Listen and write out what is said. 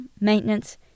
maintenance